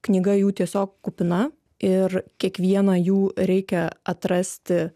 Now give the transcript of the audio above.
knyga jų tiesiog kupina ir kiekvieną jų reikia atrasti